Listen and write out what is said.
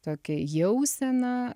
tokią jauseną